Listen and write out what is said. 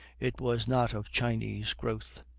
it was not of chinese growth.